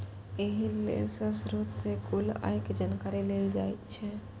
एहि लेल सब स्रोत सं कुल आय के जानकारी लेल जाइ छै